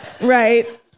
right